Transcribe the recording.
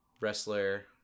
wrestler